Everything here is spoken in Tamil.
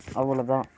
அவ்வளோ தான்